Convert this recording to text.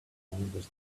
stones